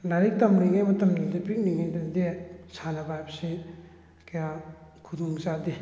ꯂꯥꯏꯔꯤꯛ ꯇꯝꯂꯤꯉꯩ ꯃꯇꯝꯗꯗꯤ ꯄꯤꯛꯂꯤꯉꯩꯗꯗꯤ ꯁꯥꯟꯅꯕ ꯍꯥꯏꯕꯁꯤ ꯀꯌꯥ ꯈꯨꯗꯣꯡ ꯆꯥꯗꯦ